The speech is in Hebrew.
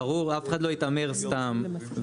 ואף אחד לא התעמר סתם.